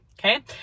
Okay